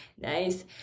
Nice